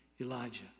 Elijah